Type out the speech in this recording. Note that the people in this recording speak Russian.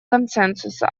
консенсуса